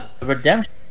Redemption